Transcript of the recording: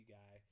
guy